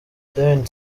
iain